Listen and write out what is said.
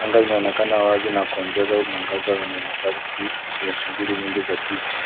Anga inaonekana wazi na kuongeza mwangaza kwenye mahali pa shughuli nyingi za jiji.